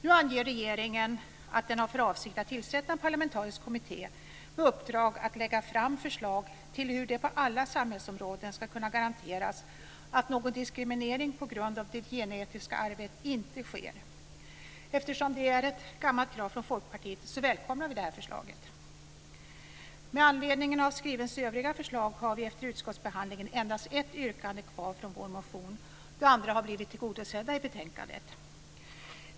Nu anger regeringen att den har för avsikt att tillsätta en parlamentarisk kommitté med uppdrag att lägga fram förslag till hur det på alla samhällsområden ska kunna garanteras att någon diskriminering på grund av det genetiska arvet inte sker. Eftersom det här är ett gammalt krav från Folkpartiet välkomnar vi det förslaget. Med anledning av skrivelsens övriga förslag har vi efter utskottsbehandlingen endast ett yrkande kvar från vår motion. De andra har blivit tillgodosedda i betänkandet.